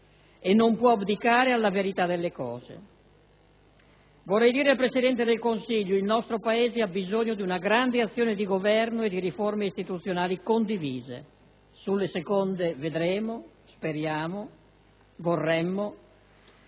e non può abdicare alla verità delle cose. Signor Presidente del Consiglio, il nostro Paese ha bisogno di una grande azione di Governo e di riforme istituzionali condivise. Sulle seconde vedremo, speriamo, vorremmo;